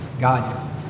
God